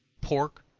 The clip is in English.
pork,